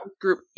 Group